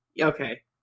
Okay